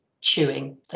chewing